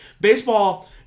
Baseball